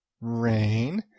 rain